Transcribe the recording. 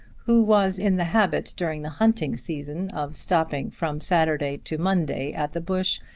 who was in the habit during the hunting season of stopping from saturday to monday at the bush,